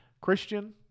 Christian